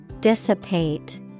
Dissipate